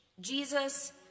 Jesus